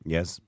Yes